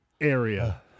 area